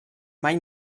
mai